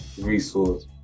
resource